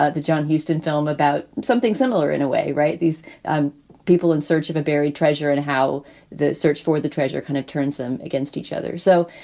ah the john houston film, about something similar in a way. right. these people in search of a buried treasure and how the search for the treasure kind of turns them against each other. so,